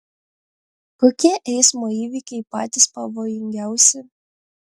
kokie eismo įvykiai patys pavojingiausi